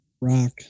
rock